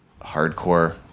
hardcore